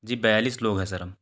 जी बयालीस लोग हैं सर हम